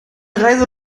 reise